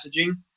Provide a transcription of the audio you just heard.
messaging